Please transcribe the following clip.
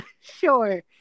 sure